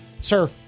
sir